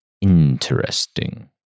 Interesting